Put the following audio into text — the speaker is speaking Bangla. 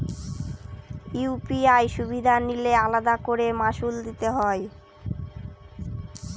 ইউ.পি.আই সুবিধা নিলে আলাদা করে মাসুল দিতে হয়?